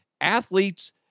Athletes